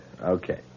Okay